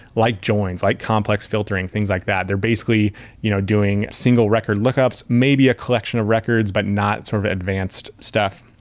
like joins, like complex filtering, things like that. they're basically you know doing single record lookups, maybe a collection of records, but not sort of advanced stuff.